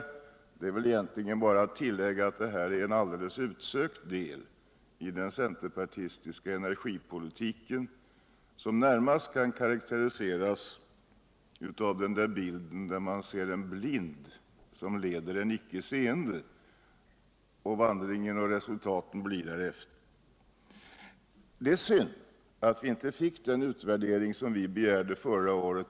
och det är i det avseendet egentligen bara att tillägga att den utgör en alldeles utsökt del av den centerpartistiska energipolitiken, som närmast kan karakteriseras genom den bild som visar en blind som leder en icke seende och hur vandringen blir därefter. Det är synd att vi inte fick den utvärdering som vi begärde förra året.